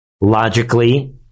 logically